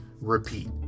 repeat